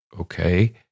Okay